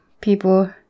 people